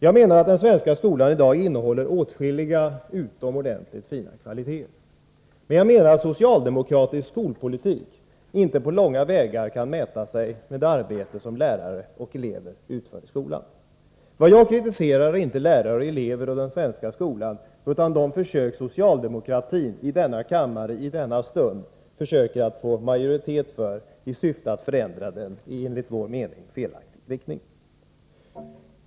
Jag anser att den svenska skolan av i dag innehåller åtskilliga utomordentligt fina kvaliteter, men jag menar att socialdemokratisk skolpolitik inte på långa vägar kan mäta sig med det arbete som lärare och elever utför i skolan. Vad jag kritiserar är inte lärare och elever och den svenska skolan utan de försök som socialdemokratin, i denna kammare och i denna stund, försöker få majoritet för i syfte att förändra den i enligt vår mening felaktig riktning.